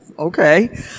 okay